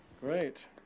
Great